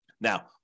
Now